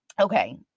okay